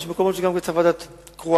ויש מקומות שגם צריך ועדה קרואה,